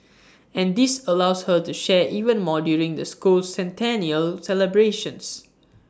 and this allows her to share even more during the school's centennial celebrations